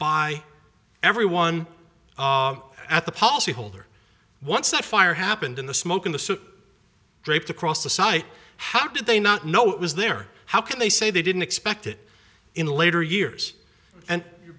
by everyone at the policyholder once that fire happened in the smoke in the suit draped across the site how did they not know it was there how can they say they didn't expect it in later years and